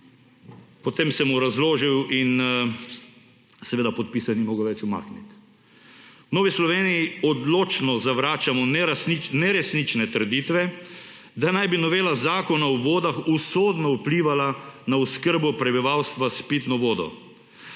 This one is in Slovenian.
Potem sem mu razložil in seveda podpisa ni mogel več umakniti. V Novi Sloveniji odločno zavračamo neresnične trditve, da naj bi novela Zakona o vodah usodno vplivala na oskrbo prebivalstva s pitno vodo.